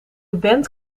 band